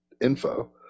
info